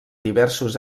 diversos